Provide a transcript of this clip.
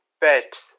bet